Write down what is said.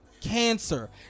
Cancer